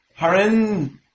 Haren